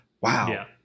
Wow